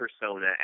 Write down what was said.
persona